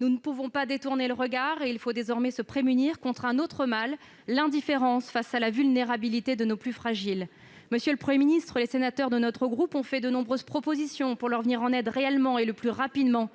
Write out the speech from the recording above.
Nous ne pouvons pas détourner le regard. Il faut désormais nous prémunir contre un autre mal, l'indifférence face à la vulnérabilité de nos plus fragiles. Monsieur le Premier ministre, les sénateurs de notre groupe ont fait de nombreuses propositions pour leur venir en aide réellement et le plus rapidement possible.